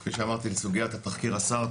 כפי שאמרתי לסוגיית תחקיר השר,